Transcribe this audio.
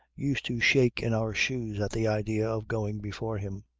used to shake in our shoes at the idea of going before him.